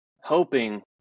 hoping